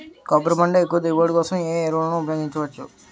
కొబ్బరి పంట ఎక్కువ దిగుబడి కోసం ఏ ఏ ఎరువులను ఉపయోగించచ్చు?